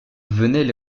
venaient